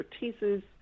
expertises